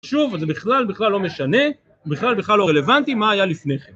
שוב, זה בכלל בכלל לא משנה, בכלל בכלל לא רלוונטי מה היה לפני כן.